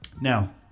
Now